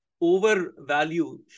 overvalue